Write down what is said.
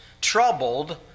troubled